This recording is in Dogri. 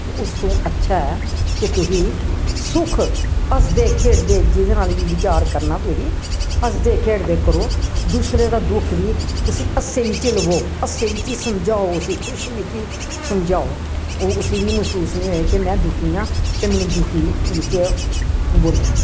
ते उस तो अच्छा ऐ कि तुसीं सुख हस्सदे खेढदे जेह्दे नाल बी विचार करना तुसें हसदे खेढदे करो दूसरे दा दुख बी उसी हास्से बिच्च ही लैओ हास्से बिच्च ही समझाओ उसी खुश बी कि समझाओ ओह् उसी बी मैहसूस निं होऐ कि में दुखी आं ते मैनू दुखी बिच्च बोलेआ ऐ